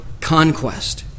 conquest